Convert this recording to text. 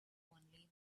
only